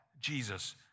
Jesus